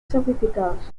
sofisticados